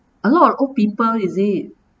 a lot of old people is it